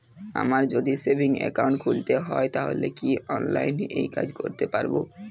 আমায় যদি savings account খুলতে হয় তাহলে কি অনলাইনে এই কাজ করতে পারবো?